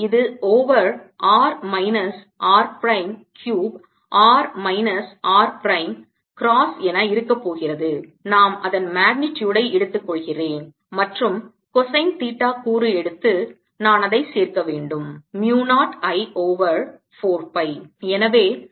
எனவே இது over r minus r prime cube r minus r prime cross என இருக்க போகிறது நாம் அதன் magnitudeடை எடுத்துக் கொள்கிறேன் மற்றும் cosine தீட்டா கூறு எடுத்து நான் அதை சேர்க்க வேண்டும் mu 0 I ஓவர் 4 பை